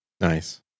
Nice